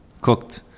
cooked